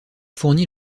fourni